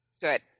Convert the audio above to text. Good